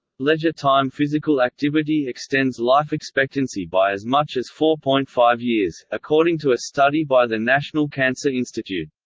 leisure-time physical activity extends life expectancy by as much as four point five years, according to a study by the national cancer institute.